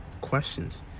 questions